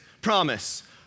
promise